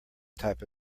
type